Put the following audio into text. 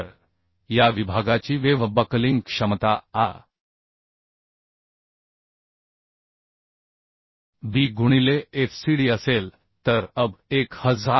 तर या विभागाची वेव्ह बकलिंग क्षमता A B गुणिले FCD असेल तरAB1837